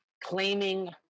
claiming